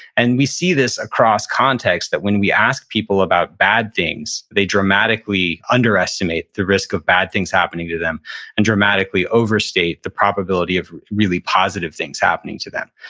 and we see this across contexts that when we ask people about bad things, they dramatically underestimate the risk of bad things happening to them and dramatically overstate the probability of really positive things happening to them.